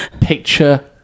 picture